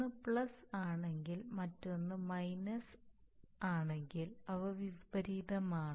ഒന്ന് പ്ലസ് ആണെങ്കിൽ മറ്റൊന്ന് മൈനസ് ആണെങ്കിൽ അവ വിപരീതമാണ്